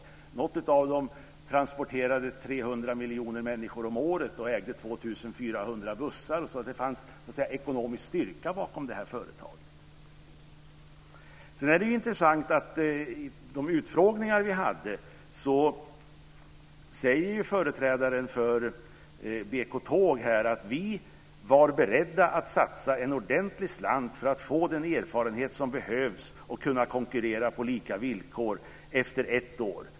Ett av dem transporterade 300 miljoner människor om året och ägde 2 400 bussar. Det fanns ekonomisk styrka bakom det här företaget. Sedan är det intressant att i de utfrågningar vi hade sade en företrädare för BK Tåg: "Vi var beredda att satsa en ordentlig slant för att få den erfarenhet som behövs och kunna konkurrera på lika villkor efter ett år.